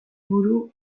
buru